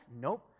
Nope